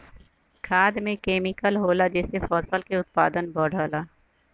खाद में केमिकल होला जेसे फसल के उत्पादन बढ़ला